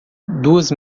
duas